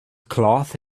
cloth